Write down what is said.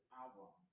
album